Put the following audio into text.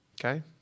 okay